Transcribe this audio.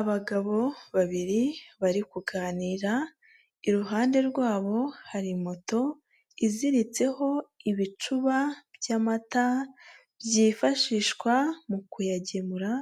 Abagabo babiri bari kuganira, iruhande rwabo hari moto, iziritseho ibicuba by'amata, byifashishwa mu kuyagemura,